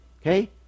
Okay